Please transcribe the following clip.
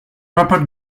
rupert